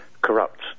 corrupt